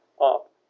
up